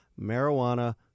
marijuana